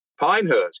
Pinehurst